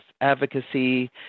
advocacy